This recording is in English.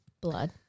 blood